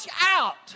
out